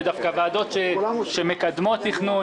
זה דווקא ועדות שמקדמות תכנון.